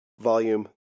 volume